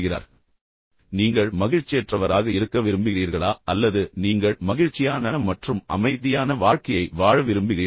இதைப் பற்றி யோசித்துப் பாருங்கள் உங்கள் வாழ்நாள் முழுவதும் நீங்கள் மகிழ்ச்சியற்றவராக இருக்க விரும்புகிறீர்களா அல்லது நீங்கள் மகிழ்ச்சியான மற்றும் அமைதியான வாழ்க்கையை வாழ விரும்புகிறீர்களா